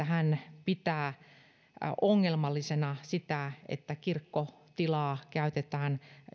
hän pitää ongelmallisena sitä että kirkkotilaa käytetään